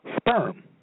sperm